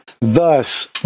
Thus